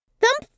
Thump